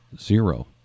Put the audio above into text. zero